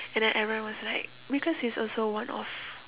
and then everyone was like because he's also one of